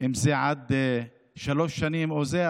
אם זה עד שלוש שנים או זה,